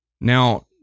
Now